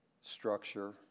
structure